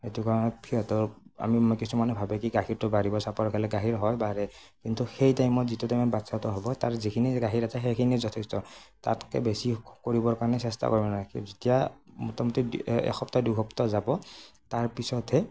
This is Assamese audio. সেইটো কাৰণে সিহঁতৰ আমি কিছুমানে ভাবে কি গাখীৰটো বাঢ়িব চাপৰ খালে গাখীৰ হয় বাঢ়ে কিন্তু সেই টাইমত যিটো টাইম বাচ্ছাটো হ'ব তাৰ যিখিনি গাখীৰ আছে সেইখিনি যথেষ্ট তাতকৈ বেছি কৰিবৰ কাৰণে চেষ্টা কৰিব নালাগে যেতিয়া মোটামোটি এসপ্তাহ দুই সপ্তাহ যাব তাৰ পিছতহে